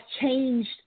changed